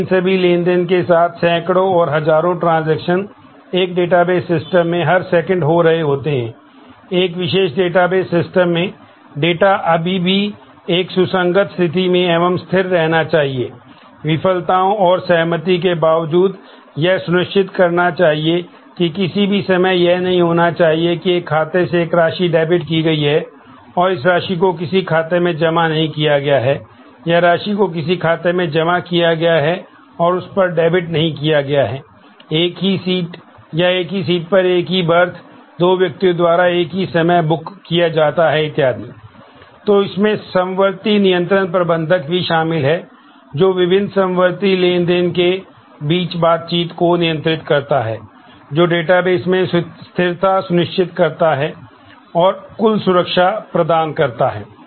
तो लेनदेन management system में स्थिरता सुनिश्चित करता है और कुल सुरक्षा प्रदान करता है